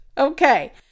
Okay